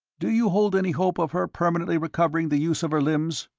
do you hold any hope of her permanently recovering the use of her limbs?